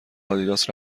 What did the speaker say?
آدیداس